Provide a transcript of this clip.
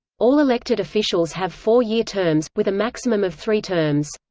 all elected officials have four-year terms, with a maximum of three terms.